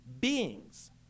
beings